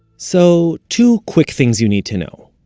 so, two quick things you need to know.